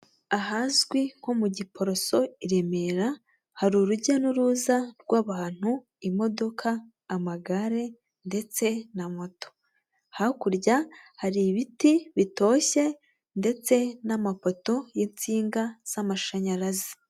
Ahazwi nko mu Giporoso, i Remera, hari urujya n'uruza rw'abantu, imodoka, amagare ndetse na moto. Hakurya hari ibiti bitoshye ndetse n'amapoto y'insinga z'amashanyarazi.